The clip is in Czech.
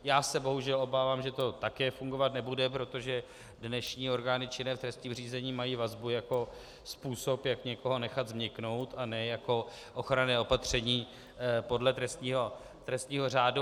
Já se bohužel obávám, že to také fungovat nebude, protože dnešní orgány činné v trestním řízení mají vazbu jako způsob, jak někoho nechat změknout, a ne jako ochranné opatření podle trestního řádu.